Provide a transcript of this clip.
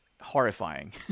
horrifying